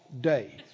day